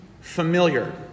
familiar